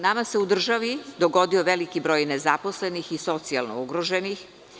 Nama se u državi dogodio veliki broj nezaposlenih i socijalno ugroženih.